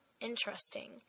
interesting